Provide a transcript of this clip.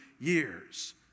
years